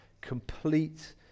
complete